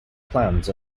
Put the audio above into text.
plans